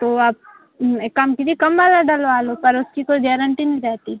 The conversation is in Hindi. तो आप एक काम कीजिए कम वाला डलवा लो पर उसकी कोई गैरेन्टी नहीं रहेती